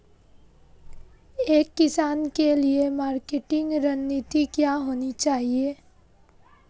एक किसान के लिए मार्केटिंग रणनीति क्या होनी चाहिए?